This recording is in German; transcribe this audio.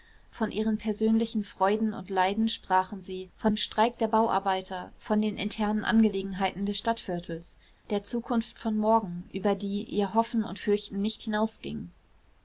von ihren persönlichen freuden und leiden sprachen sie vom streik der bauarbeiter von den internen angelegenheiten des stadtviertels der zukunft von morgen über die ihr hoffen und fürchten nicht